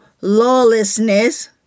lawlessness